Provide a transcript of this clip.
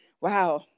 wow